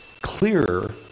clearer